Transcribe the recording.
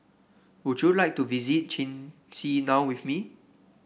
would you like to visit Chisinau with me